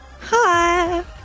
Hi